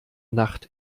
nacht